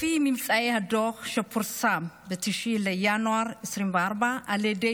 לפי ממצאי הדוח שפורסם ב-9 בינואר 2024 על ידי